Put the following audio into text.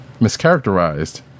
mischaracterized